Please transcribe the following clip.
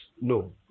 no